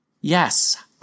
yes